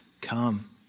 come